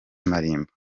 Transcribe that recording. malimba